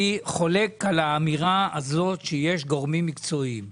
אני חולק על האמירה הזאת שיש גורמים מקצועיים.